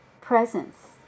presence